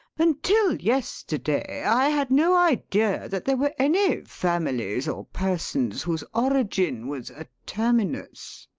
until yesterday i had no idea that there were any families or persons whose origin was a terminus.